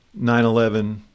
9-11